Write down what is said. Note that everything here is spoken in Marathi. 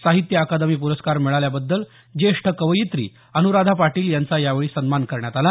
साहित्य अकादमी पुरस्कार मिळाल्याबद्दल ज्येष्ठ कवयित्री अनुराधा पाटील यांचा यावेळी सन्मान करण्यात आला